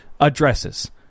addresses